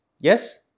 Yes